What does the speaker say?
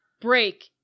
break